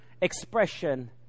expression